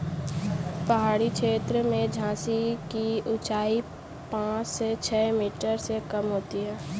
पहाड़ी छेत्रों में झाड़ी की ऊंचाई पांच से छ मीटर से कम होती है